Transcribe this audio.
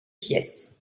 pièces